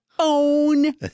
own